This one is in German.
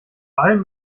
allem